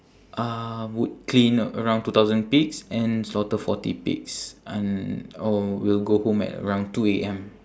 uh would clean around two thousand pigs and slaughter forty pigs and and oh will go home at around two A_M